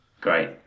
great